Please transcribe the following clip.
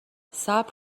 صبر